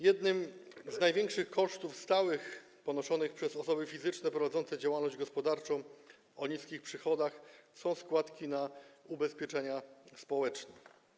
Jednym z największych kosztów stałych ponoszonych przez osoby fizyczne prowadzące działalność gospodarczą o niskich przychodach są składki na ubezpieczenia społeczne.